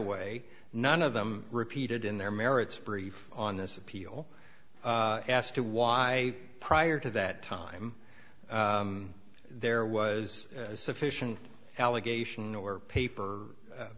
way none of them repeated in their merits brief on this appeal as to why prior to that time there was sufficient allegation or paper